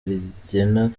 rigena